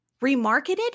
remarketed